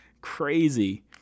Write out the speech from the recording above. Crazy